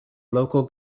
local